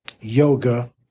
yoga